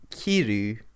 Kiru